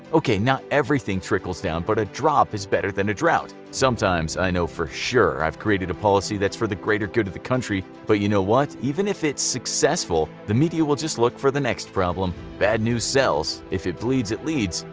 ok, not everything trickles down, but a drop is better than a drought. sometimes i know for sure i've created a policy that is for the greater good of the country, but you know what, even if its successful the media will just look for the next problem. bad news sells, if it bleeds it leads,